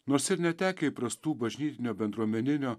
nors ir netekę įprastų bažnytinio bendruomeninio